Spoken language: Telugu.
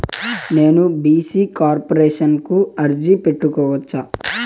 నేను బీ.సీ కార్పొరేషన్ కు అర్జీ పెట్టుకోవచ్చా?